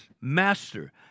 Master